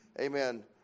amen